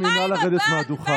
חברת הכנסת לזימי, נא לרדת מהדוכן.